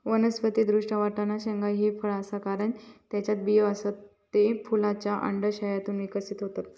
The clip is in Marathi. वनस्पति दृष्ट्या, वाटाणा शेंगा ह्या फळ आसा, कारण त्येच्यात बियो आसत, ते फुलांच्या अंडाशयातून विकसित होतत